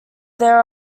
there